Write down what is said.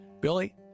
Billy